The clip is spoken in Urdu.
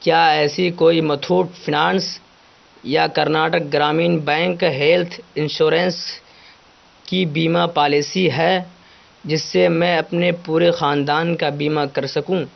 کیا ایسی کوئی متھوٹ فنانس یا Karnataka Grameen bank health insurance کی بیمہ پالیسی ہے جس سے میں اپنے پورے خاندان کا بیمہ کر سکوں